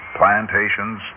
plantations